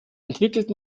entwickelt